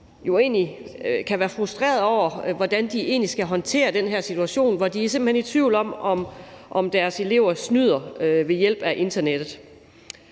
med hensyn til hvordan de skal håndtere den her situation. De er simpelt hen i tvivl om, om deres elever snyder ved hjælp af internettet.